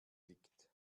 liegt